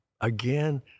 again